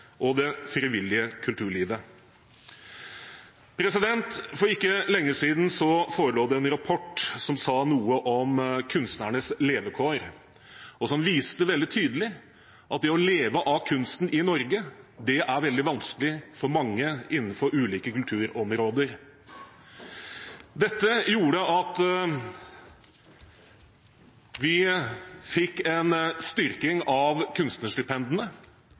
og det frivillige kulturlivet. For ikke lenge siden forelå det en rapport som sa noe om kunstnernes levekår, og som viste veldig tydelig at det å leve av kunsten i Norge er veldig vanskelig for mange innenfor ulike kulturområder. Dette gjorde at vi fikk en styrking av kunstnerstipendene.